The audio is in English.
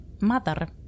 mother